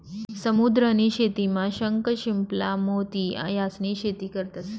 समुद्र नी शेतीमा शंख, शिंपला, मोती यास्नी शेती करतंस